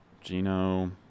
Gino